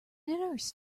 nurse